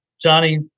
Johnny